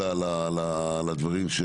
חיזוק לדברים,